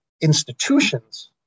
institutions